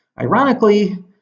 ironically